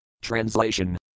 Translation